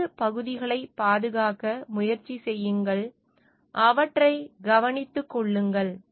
இடது பகுதிகளைப் பாதுகாக்க முயற்சி செய்யுங்கள் அவற்றைக் கவனித்துக் கொள்ளுங்கள்